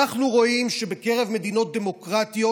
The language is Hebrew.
אנחנו רואים שבקרב מדינות דמוקרטיות,